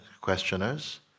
questioners